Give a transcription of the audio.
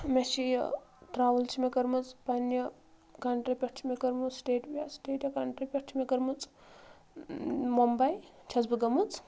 مےٚ چھِ یہِ ٹراوٕل چھِ مےٚ کٔرمٕژ پننہِ کنٹری پٮ۪ٹھ چھِ مےٚ کٔرمٕژ سٹیٹ سٹیٹ یا کنٹری پٮ۪ٹھ چھِ مےٚ کٔرمٕژ ممبے چھس بہٕ گٔمٕژ